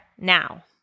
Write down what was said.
now